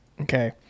Okay